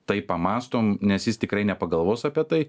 tai pamąstom nes jis tikrai nepagalvos apie tai